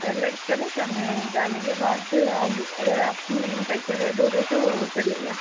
तो लेके चलेगा मेरे जाने के बाद फिर आप अगर आप पैसे दे दोगे तो चलेगा